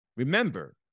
Remember